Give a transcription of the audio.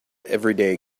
everyday